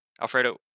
Alfredo